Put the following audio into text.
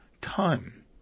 time